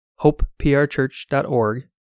hopeprchurch.org